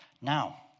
Now